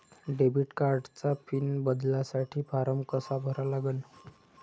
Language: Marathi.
डेबिट कार्डचा पिन बदलासाठी फारम कसा भरा लागन?